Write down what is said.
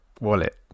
wallet